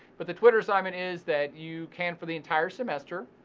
but the twitter assignment is that you can for the entire semester,